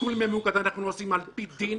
סיכול ממוקד אנחנו עושים על פי דין